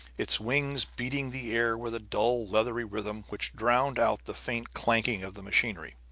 its wings beating the air with a dull leathery rhythm which drowned out the faint clanking of the machinery.